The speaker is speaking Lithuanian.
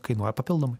kainuoja papildomai